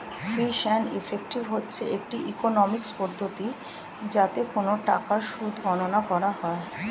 fees and effective হচ্ছে একটি economics পদ্ধতি যাতে কোন টাকার সুদ গণনা করা হয়